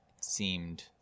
seemed